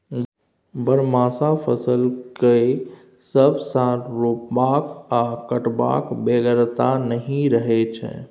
बरहमासा फसल केँ सब साल रोपबाक आ कटबाक बेगरता नहि रहै छै